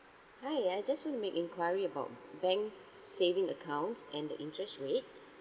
hi I just want to make enquiry about bank saving accounts and the interest rate